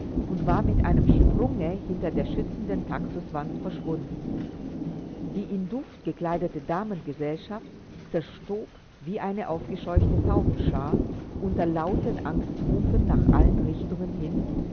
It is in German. und war mit einem sprunge hinter der schützenden taxuswand verschwunden die in duft gekleidete damengesellschaft zerstob wie eine aufgescheuchte taubenschar unter lauten angstrufen nach allen richtungen hin